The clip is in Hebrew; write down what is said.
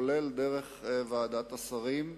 גם דרך ועדת השרים,